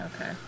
Okay